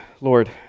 Lord